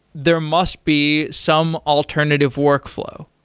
there must be some alternative workflow